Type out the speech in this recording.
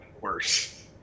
worse